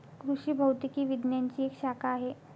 कृषि भौतिकी विज्ञानची एक शाखा आहे